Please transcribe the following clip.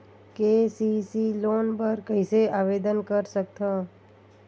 KCC loan बर कइसे आवेदन कर सकथव?